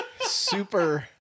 Super